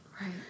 right